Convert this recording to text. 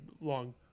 long